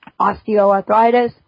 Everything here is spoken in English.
osteoarthritis